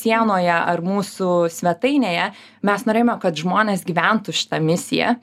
sienoje ar mūsų svetainėje mes norėjome kad žmonės gyventų šita misija